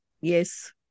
Yes